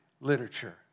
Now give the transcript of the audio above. literature